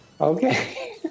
Okay